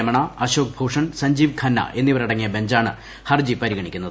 രമണ അശോക് ഭൂഷൺ സഞ്ചീവ് ഖന്ന എന്നിവരടങ്ങിയ ബഞ്ചാണ് ഹർജി പരിഗണിക്കുന്നത്